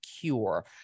cure